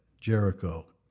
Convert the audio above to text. Jericho